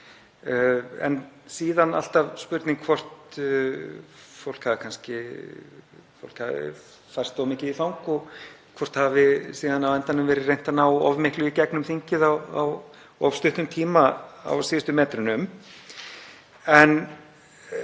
En síðan er alltaf spurning hvort fólk hafi kannski færst of mikið í fang og hvort það hafi síðan á endanum verið reynt að ná of miklu í gegnum þingið á of stuttum tíma á síðustu metrunum. En